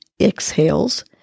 exhales